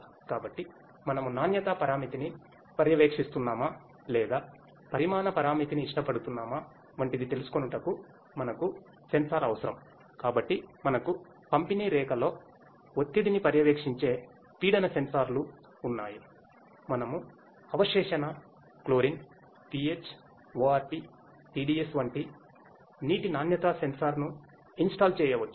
కాబట్టి మనము నాణ్యతా పరామితిని పర్యవేక్షిస్తున్నామా లేదా పరిమాణ పారామితిని ఇష్టపడుతున్నామా వంటిది తెలుసుకొనుటకు మనకు సెన్సార్ ను ఇన్స్టాల్ చేయవచ్చు